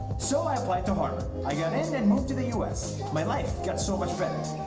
so i applied to harvard. i got it and moved to the us! my life got so much better!